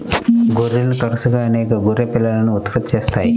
గొర్రెలు తరచుగా అనేక గొర్రె పిల్లలను ఉత్పత్తి చేస్తాయి